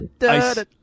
Ice